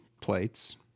plates